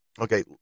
Okay